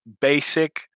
basic